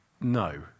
No